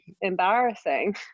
embarrassing